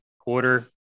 quarter